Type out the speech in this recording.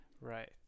Right